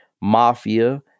mafia